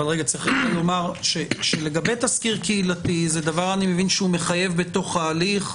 אני מבין שתסקיר קהילתי זה דבר שהוא מחייב בתוך ההליך,